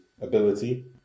ability